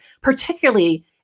particularly